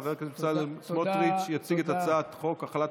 חבר הכנסת בצלאל סמוטריץ' יציג את הצעת חוק החלת